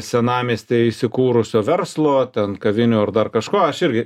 senamiestyje įsikūrusio verslo ten kavinių ar dar kažko aš irgi